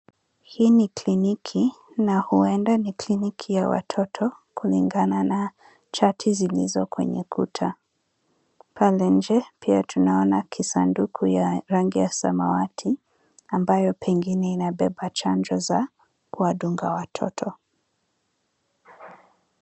Hii ni kliniki, na huenda ni kliniki ya watoto kulingana na chati zilizo kwenye kuta. Pale nje, pia tunaonekana kisanduku ya rangi ya samawati ambayo pengine inabeba chanjo za kuwadunga watoto.